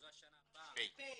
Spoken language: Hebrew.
אני חושב אדוני היושב ראש,